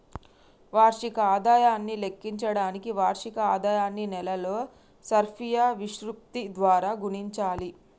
వార్షిక ఆదాయాన్ని లెక్కించడానికి వార్షిక ఆదాయాన్ని నెలల సర్ఫియా విశృప్తి ద్వారా గుణించాలి